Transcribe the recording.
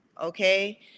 Okay